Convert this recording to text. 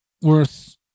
worth